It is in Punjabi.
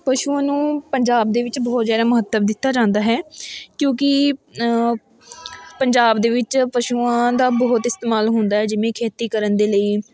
ਪਸ਼ੂਆਂ ਨੂੰ ਪੰਜਾਬ ਦੇ ਵਿੱਚ ਬਹੁਤ ਜ਼ਿਆਦਾ ਮਹੱਤਵ ਦਿੱਤਾ ਜਾਂਦਾ ਹੈ ਕਿਉਂਕਿ ਪੰਜਾਬ ਦੇ ਵਿੱਚ ਪਸ਼ੂਆਂ ਦਾ ਬਹੁਤ ਇਸਤੇਮਾਲ ਹੁੰਦਾ ਹੈ ਜਿਵੇਂ ਖੇਤੀ ਕਰਨ ਦੇ ਲਈ